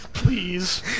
Please